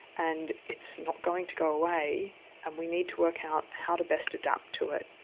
and it's not going to go away and we need to work out how to best adapt to it.